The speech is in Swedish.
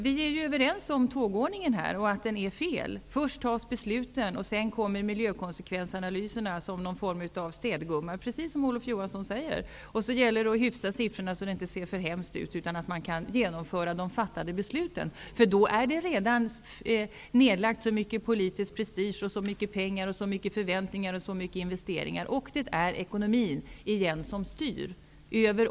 Vi är ju överens om att tågordningen är fel. Besluten fattas först, och sedan kommer miljökonsekvensanalyserna som någon form av städgumma, precis som Olof Johansson sade. Det gäller att hyfsa siffrorna så att det inte ser för hemskt ut och så att de fattade besluten kan genomföras. Då finns det redan så mycket politisk prestige, så mycket pengar är nerlagda, det finns så mycket förväntningar och så många investeringar. Det är ekonomin som styr igen.